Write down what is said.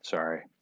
Sorry